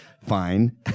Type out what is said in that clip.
fine